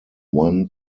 one